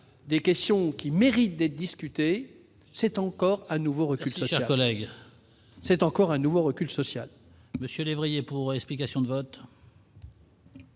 des questions qui méritent d'être discutés, c'est encore à nouveau recul social collègues c'est encore un nouveau recul social. Monsieur lévriers pour explications de vote.